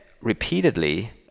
repeatedly